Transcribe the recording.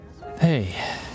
Hey